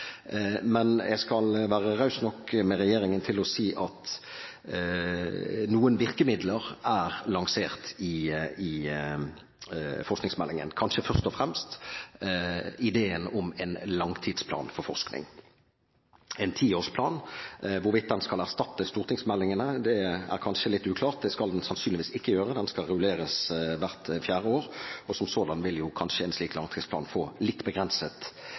Men jeg skal være raus nok med regjeringen til å si at noen virkemidler er lansert i forskningsmeldingen, kanskje først og fremst ideen om en langtidsplan for forskning, en tiårsplan. Hvorvidt den skal erstatte stortingsmeldingene, er kanskje litt uklart. Det skal den sannsynligvis ikke gjøre, den skal rulleres hvert fjerde år, og som sådan vil jo kanskje en slik langtidsplan få litt begrenset